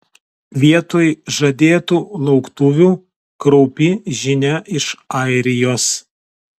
vietoj žadėtų lauktuvių kraupi žinia iš airijos